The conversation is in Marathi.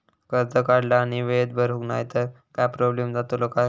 कर्ज काढला आणि वेळेत भरुक नाय तर काय प्रोब्लेम जातलो काय?